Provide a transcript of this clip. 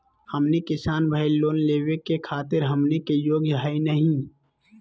हमनी किसान भईल, लोन लेवे खातीर हमनी के योग्य हई नहीं?